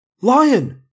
Lion